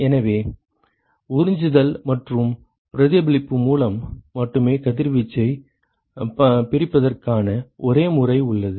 எனவே உறிஞ்சுதல் மற்றும் பிரதிபலிப்பு மூலம் மட்டுமே கதிர்வீச்சைப் பிரிப்பதற்கான ஒரே முறை உள்ளது